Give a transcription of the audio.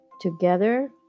Together